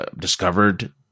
discovered